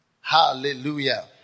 Hallelujah